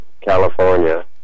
california